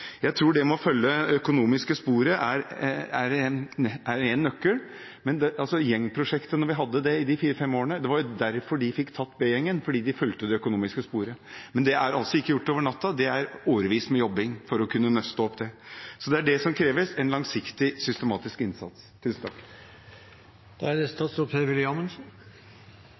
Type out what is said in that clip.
Jeg tror det med å følge det økonomiske sporet er én nøkkel. Det var fordi man fulgte det økonomiske sporet, man ved hjelp av gjengprosjektet, i de fire–fem årene vi hadde det, fikk tatt B-gjengen. Men det er ikke gjort over natta, det tar årevis med jobbing å nøste opp det. Og det er det som kreves – en langsiktig, systematisk innsats. For det første tenker jeg at det er viktig at vi avstemmer dette med det